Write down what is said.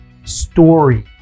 Story